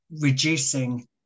reducing